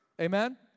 Amen